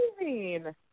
amazing